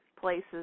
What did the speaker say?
places